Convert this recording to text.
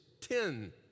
ten